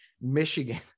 michigan